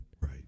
Right